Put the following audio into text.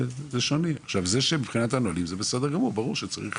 יש פתרון, הוא לא צריך